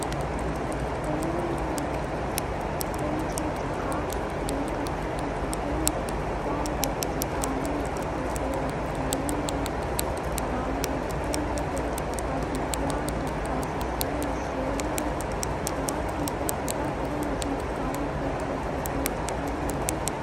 الصين عندها ثقافة عريقة جداً. تتميز بالحفاظ على التقاليد، مثل: الفنون القتاليه والطعام المتنوع والإحتفال بالأعياد، مثل: رأس السنة الصينية. كمان في فلسفات مهمة زي الطاوية والكونفوشيوسية.